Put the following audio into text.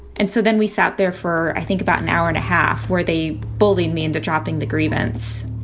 and so then we sat there for i think about an hour and a half where they bullied me into dropping the grievance.